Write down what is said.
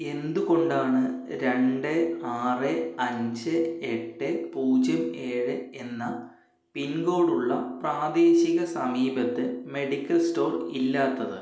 എന്തു കൊണ്ടാണ് രണ്ട് ആറ് അഞ്ച് എട്ട് പൂജ്യം ഏഴ് എന്ന പിൻകോഡുള്ള പ്രാദേശിക സമീപത്ത് മെഡിക്കൽ സ്റ്റോർ ഇല്ലാത്തത്